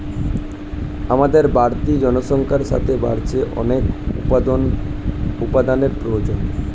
আমাদের বাড়তি জনসংখ্যার সাথে বাড়ছে অনেক উপাদানের প্রয়োজন